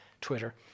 twitter